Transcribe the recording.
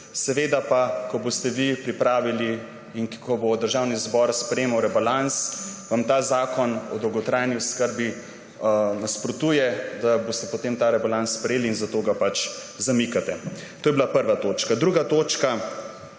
Ko pa boste vi pripravili in ko bo Državni zbor sprejemal rebalans, vam ta Zakon o dolgotrajni oskrbi nasprotuje, boste potem ta rebalans sprejeli in zato ga pač zamikate. To je bila prva točka. Druga točka,